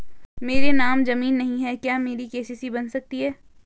मेरे नाम ज़मीन नहीं है क्या मेरी के.सी.सी बन सकती है?